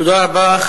תודה רבה.